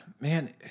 man